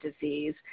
disease